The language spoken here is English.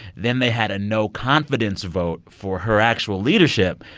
then they had a no-confidence vote for her actual leadership.